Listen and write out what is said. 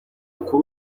kuri